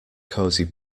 cosy